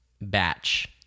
batch